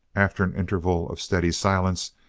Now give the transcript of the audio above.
after an interval of steady silence,